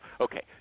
Okay